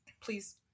please